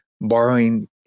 borrowing